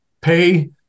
pay